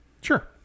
Sure